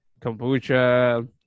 kombucha